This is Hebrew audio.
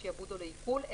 לשעבוד או לעיקול,